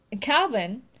Calvin